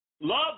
Love